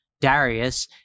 Darius